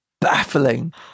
baffling